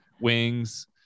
wings